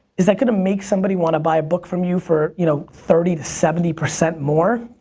is that going to make somebody want to buy a book from you, for you know thirty to seventy percent more?